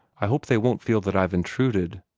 i hope they won't feel that i have intruded.